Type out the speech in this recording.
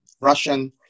Russian